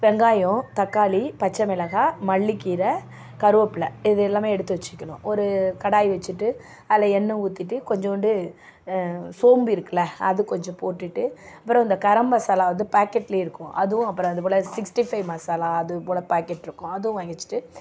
வெங்காயம் தக்காளி பச்சைமிளகாய் மல்லி கீரை கறிவேப்பில்லை இது எல்லாம் எடுத்து வச்சிக்கணும் ஒரு கடாய் வச்சிட்டு அதில் எண்ணெய் ஊற்றிட்டு கொஞ்சோண்டு சோம்பு இருக்குதுல்ல அது கொஞ்சம் போட்டுட்டு அப்புறம் இந்த கரம் மசாலா வந்து பாக்கெட்டில் இருக்கும் அதுவும் அப்புறம் அதுபோல் சிக்ஸ்டி ஃபைவ் மசாலா அது போல் பாக்கெட் இருக்கும் அதுவும் வாங்கி வச்சிட்டு